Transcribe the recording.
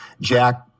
Jack